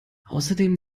außerdem